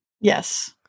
Yes